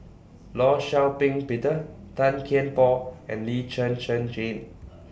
law Shau Ping Peter Tan Kian Por and Lee Zhen Zhen Jane